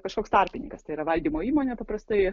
kažkoks tarpininkas tai yra valdymo įmonė paprastai